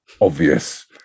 obvious